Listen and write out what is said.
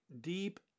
deep